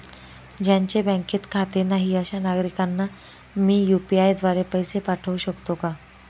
ज्यांचे बँकेत खाते नाही अशा नागरीकांना मी यू.पी.आय द्वारे पैसे पाठवू शकतो का?